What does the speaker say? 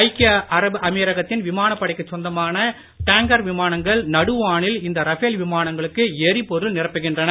ஐக்கிய அரபு அமீரகத்தின் விமானப் படைக்கு சொந்தமான டாங்கர் விமானங்கள் நடுவானில் இந்த ரபேல் விமானங்களுக்கு எரிபொருள் நிரப்புகின்றன